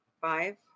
five